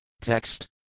Text